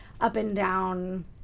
up-and-down